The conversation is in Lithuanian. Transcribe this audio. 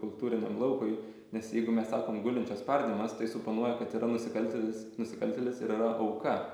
kultūriniam laukui nes jeigu mes sakom gulinčio spardymas tai suponuoja kad yra nusikaltėlis nusikaltėlis ir yra auka